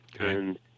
Okay